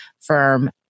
firm